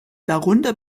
darunter